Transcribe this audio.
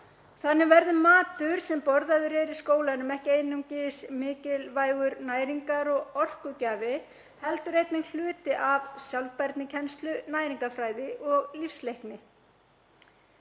Þannig verður matur sem borðaður er í skólanum ekki einungis mikilvægur næringar- og orkugjafi heldur einnig hluti af sjálfbærnikennslu, næringarfræði og lífsleikni.